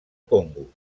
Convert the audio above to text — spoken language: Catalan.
congo